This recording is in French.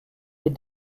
des